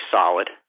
solid